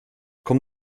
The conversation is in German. komm